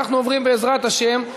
אנחנו עוברים, בעזרת השם,